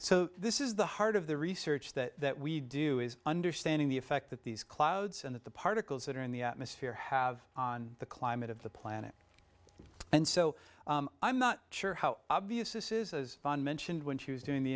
so this is the heart of the research that we do is understanding the effect that these clouds and the particles that are in the atmosphere have on the climate of the planet and so i'm not sure how obvious this is as john mentioned when she was doing the